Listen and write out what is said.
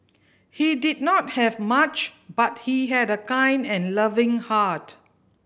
he did not have much but he had a kind and loving heart